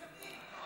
כספים.